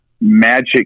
magic